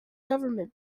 government